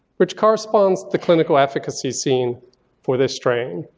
which corresponds to clinical efficacy seen for this strain.